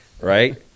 right